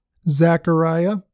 Zechariah